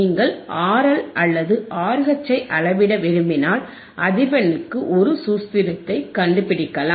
நீங்கள் RL அல்லது RH ஐ அளவிட விரும்பினால் அதிர்வெண்ணுக்கு ஒரு சூத்திரத்தை கண்டுபிடிக்கலாம்